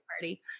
party